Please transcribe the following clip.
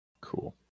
Cool